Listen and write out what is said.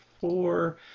four